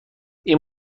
این